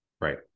Right